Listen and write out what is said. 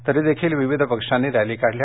तरीदेखील विविध पक्षांनी रॅली काढल्या